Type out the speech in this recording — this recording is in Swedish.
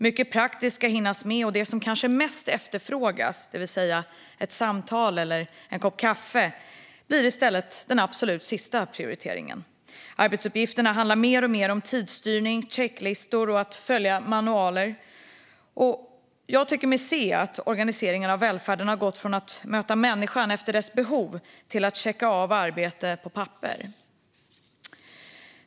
Mycket praktiskt ska hinnas med, och det som kanske mest efterfrågas - ett samtal eller en kopp kaffe - blir i stället den absolut sista prioriteringen. Arbetsuppgifterna handlar mer och mer om tidsstyrning, checklistor och att följa manualer. Jag tycker mig se att organiseringen av välfärden har gått från att möta människan efter hennes behov till att checka av arbete på papper.